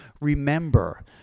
remember